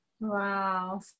Wow